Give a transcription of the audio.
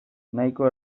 nahiko